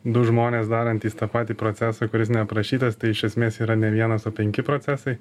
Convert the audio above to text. du žmonės darantys tą patį procesą kuris aprašytas tai iš esmės yra ne vienas o penki procesai